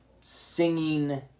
singing